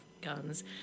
guns